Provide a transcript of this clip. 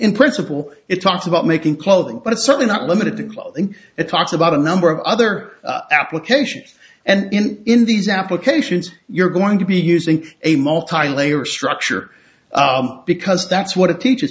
in principle it talks about making clothing but it's certainly not limited to clothing it talks about a number of other applications and in these applications you're going to be using a multilevel structure because that's what it teache